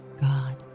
God